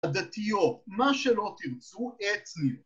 ‫עדתיות, מה שלא תרצו, אתניות.